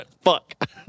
fuck